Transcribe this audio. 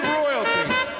royalties